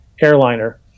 airliner